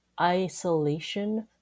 isolation